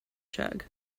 jug